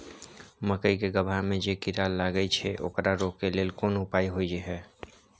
मकई के गबहा में जे कीरा लागय छै ओकरा रोके लेल कोन उपाय होय है?